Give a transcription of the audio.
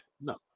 No